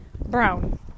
brown